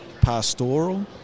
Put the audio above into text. pastoral